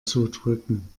zudrücken